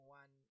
one